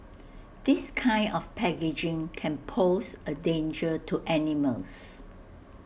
this kind of packaging can pose A danger to animals